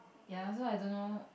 ya so I don't know